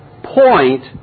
point